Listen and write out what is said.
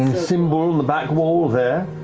and symbol on the back wall there.